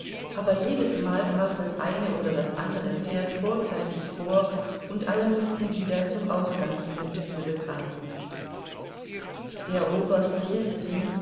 aber jedesmal brach das eine oder das andere pferd vorzeitig vor und alle mußten wieder zum ausgangspunkte zurückreiten der oberst